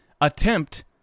attempt